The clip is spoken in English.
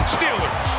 Steelers